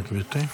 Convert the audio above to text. גברתי.